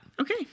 okay